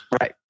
Right